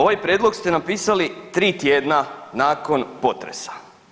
Ovaj prijedlog ste napisali 3 tjedna nakon potresa.